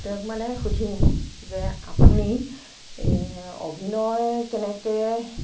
তেওঁক মানে সুধিম যে আপুনি অভিনয় কেনেকে